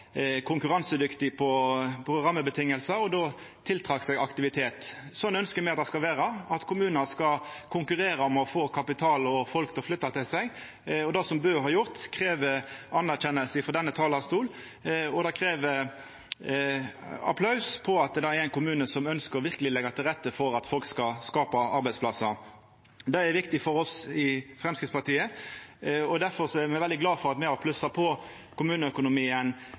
på rammevilkår og trekte til seg aktivitet. Slik ønskjer me at det skal vera, at kommunar skal konkurrera om å få kapital og folk til å flytta til seg. Det som Bø har gjort, krev ros frå denne talarstolen, og det krev applaus at det er ein kommune som verkeleg ønskjer å leggja til rette for at folk skal skapa arbeidsplassar. Det er viktig for oss i Framstegspartiet, og difor er me veldig glade for at me har plussa på kommuneøkonomien